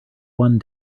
one